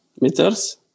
meters